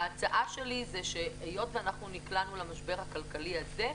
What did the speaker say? ההצעה שלי זה שהיות ואנחנו נקלענו למשבר הכלכלי הזה,